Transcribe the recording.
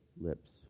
lips